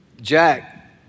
Jack